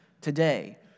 today